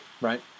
right